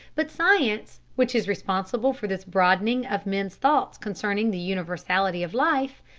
but science, which is responsible for this broadening of men's thoughts concerning the universality of life,